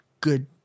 good